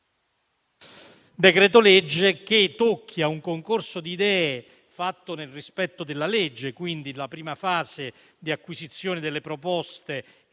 decreto-legge. C'è un concorso di idee, fatto nel rispetto della legge. La prima fase è di acquisizione delle proposte e